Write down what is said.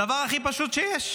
הדבר הכי פשוט שיש,